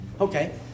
okay